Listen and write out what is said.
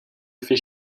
fait